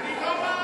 אני לא מאמין.